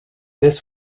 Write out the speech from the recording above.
this